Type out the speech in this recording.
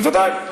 בוודאי.